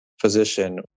physician